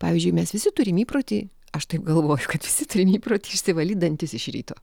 pavyzdžiui mes visi turim įprotį aš taip galvoju kad visi turim įprotį išsivalyt dantis iš ryto